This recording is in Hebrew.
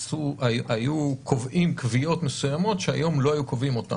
היו קובעים קביעות מסוימות שהיום לא היו קובעים אותן.